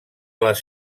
les